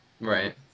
Right